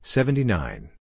Seventy-nine